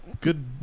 Good